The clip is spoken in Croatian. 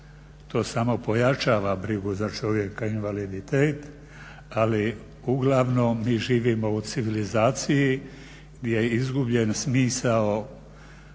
to samo pojačava brigu za čovjeka ali uglavnom mi živimo u civilizaciji gdje je izgubljen smisao